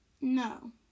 No